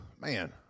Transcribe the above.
man